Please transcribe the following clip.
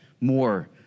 more